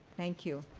thank you.